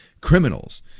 criminals